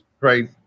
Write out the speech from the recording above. Right